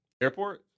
Airport